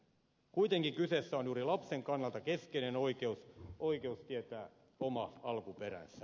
kuitenkin kyseessä on juuri lapsen kannalta keskeinen oikeus tietää oma alkuperänsä